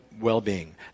well-being